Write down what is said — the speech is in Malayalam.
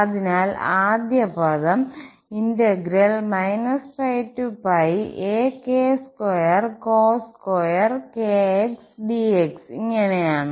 അതിനാൽ ആദ്യ പദം ഇങ്ങനെയാണ്